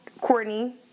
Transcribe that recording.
Courtney